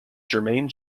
jermaine